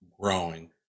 growing